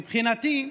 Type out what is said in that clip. מבחינתי,